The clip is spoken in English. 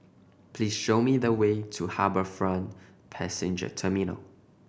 please show me the way to HarbourFront Passenger Terminal